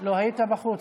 לא, היית בחוץ.